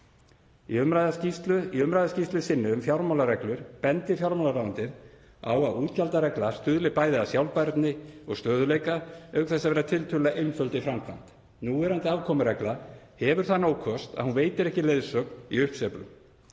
Í umræðuskýrslu sinni um fjármálareglur bendir fjármálaráðuneytið á að útgjaldaregla stuðli bæði að sjálfbærni og stöðugleika auk þess að vera tiltölulega einföld í framkvæmd. Núverandi afkomuregla hefur þann ókost að hún veitir ekki leiðsögn í uppsveiflu.